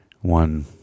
one